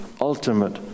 ultimate